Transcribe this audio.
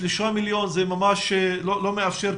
סכום שלשלושה מיליון שקלים כמעט ולא מאפשר,